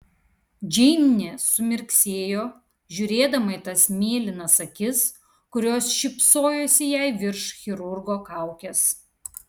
džeinė sumirksėjo žiūrėdama į tas mėlynas akis kurios šypsojosi jai virš chirurgo kaukės